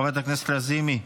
חברת הכנסת לזימי,